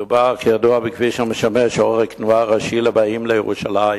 מדובר בכביש המשמש עורק תנועה ראשי לבאים לירושלים,